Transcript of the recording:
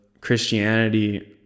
Christianity